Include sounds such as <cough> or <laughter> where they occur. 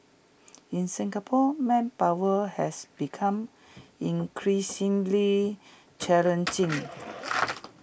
in Singapore manpower has become increasingly challenging <noise>